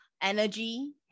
energy